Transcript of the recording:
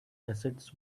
assets